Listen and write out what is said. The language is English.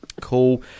cool